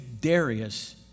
Darius